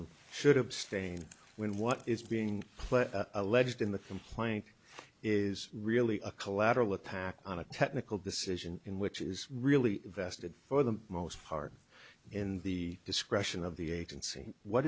m should abstain when what is being played alleged in the complaint is really a collateral attack on a technical decision in which is really vested for the most part in the discretion of the agency what